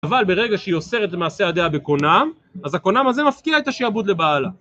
אבל ברגע שהיא אוסרת למעשה הדעה בקונם אז הקונם הזה מפקיע את השיעבוד לבעלה